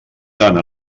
tant